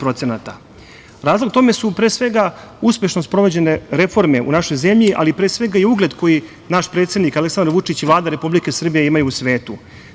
Razlog tome su pre svega uspešno sprovođene reforme u našoj zemlji, ali pre svega i ugled koji naš predsednik Aleksandar Vučić i Vlada Republike Srbije imaju u svetu.